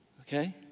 Okay